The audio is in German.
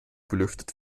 belüftet